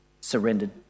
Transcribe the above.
surrendered